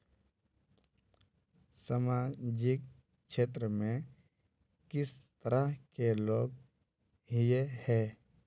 सामाजिक क्षेत्र में किस तरह के लोग हिये है?